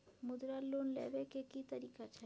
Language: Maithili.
मुद्रा लोन लेबै के की तरीका छै?